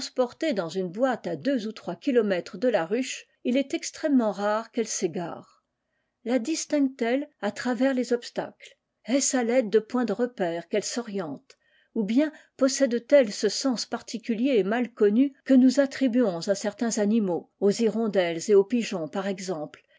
dans une boite à deux ou trois kilomètres de la ruche il est extrêmement rare qu'elles s'égarent la distinguent elles à travers les obstacles est-ce à l'aide de points de repère qu'elles s'orientent ou bien possèdent elles ce sens particulier et mal connu que nous attribuons èi certains animaux aux hirondelles et aux pigeons par exemple